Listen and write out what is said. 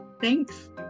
Thanks